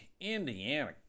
Indiana